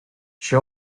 she